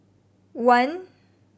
one